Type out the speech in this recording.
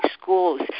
schools